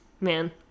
Man